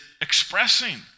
expressing